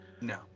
no